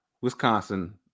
Wisconsin